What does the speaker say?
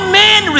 men